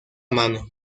mano